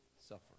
suffer